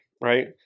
right